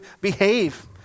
behave